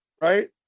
right